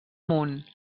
munt